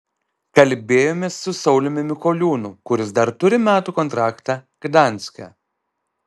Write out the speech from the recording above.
kalbėjomės su sauliumi mikoliūnu kuris dar turi metų kontraktą gdanske